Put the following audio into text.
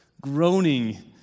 groaning